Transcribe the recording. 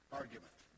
argument